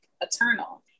eternal